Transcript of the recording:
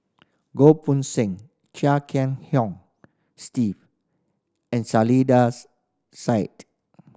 Goh Poh Seng Chia Kiah Hong Steve and Saiedah's Side